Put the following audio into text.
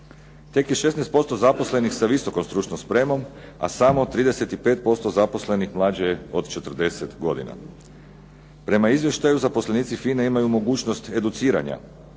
Tek je 16% zaposlenih sa visokom stručnom spremom, a samo 35% zaposlenih mlađe je od 40 godina. Prema izvještaju zaposlenici FINA-e imaju mogućnost educiranja,